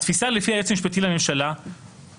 התפיסה שלפיה היועץ המשפטי לממשלה הוא